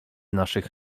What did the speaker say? naszych